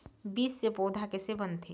बीज से पौधा कैसे बनथे?